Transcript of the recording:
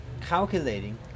calculating